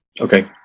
okay